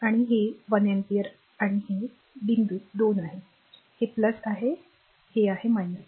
आणि हे 1amp आहे आणि हे pointबिंदू 2 आहे हे आहे हे आहे